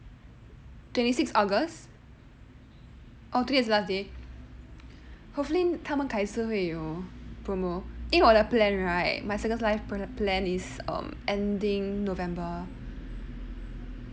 twenty six august oh today is last day hopefully 他们改次会有 promo 因为我的 plan right my circles life plan is um ending november